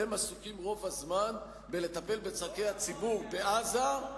אתם עסוקים רוב הזמן בלטפל בצורכי הציבור בעזה,